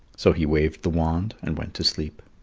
so he waved the wand and went to sleep.